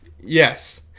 yes